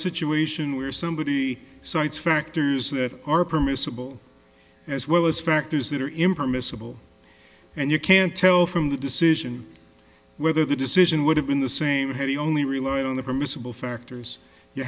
situation where somebody cites factors that are permissible as well as factors that are impermissible and you can't tell from the decision whether the decision would have been the same had the only rely on the permissible factors you